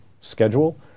schedule